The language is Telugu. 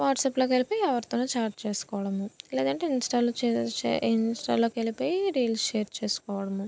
వాట్సాప్లో పోయి ఎవరితోనో చాట్ చేసుకోవడము లేదంటే ఇంస్టా ఇంస్టాలో పోయి రీల్స్ షేర్ చేసుకోవడము